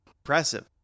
Impressive